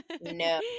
no